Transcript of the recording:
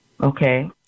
Okay